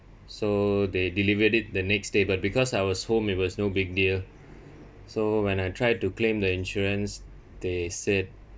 so they delivered it the next day but because I was home it was no big deal so when I tried to claim the insurance they said